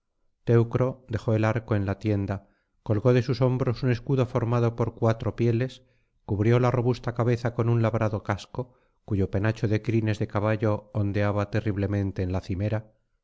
dejó el arco en la tienda colgó de sus hombros un escudo formado por cuatro pieles cubrió la robusta cabeza con un labrado casco cuyo penacho de crines de caballo ondeaba terriblemente en la cimera